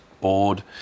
bored